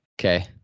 Okay